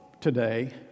today